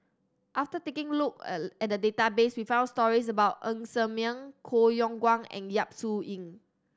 after taking a look at the database we found stories about Ng Ser Miang Koh Yong Guan and Yap Su Yin